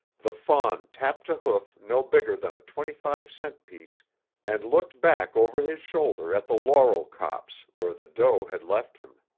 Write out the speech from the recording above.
the fawn tapped a hoof no bigger than a twenty-five-cent piece and looked back over his shoulder at the laurel copse where the doe had left him.